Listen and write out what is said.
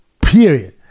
Period